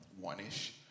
one-ish